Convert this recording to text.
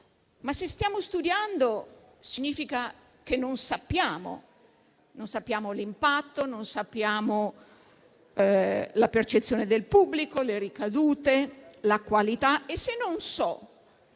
Ma, se stiamo studiando, significa che non sappiamo; non sappiamo l'impatto, non sappiamo la percezione del pubblico, le ricadute, la qualità. Se non so,